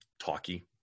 talky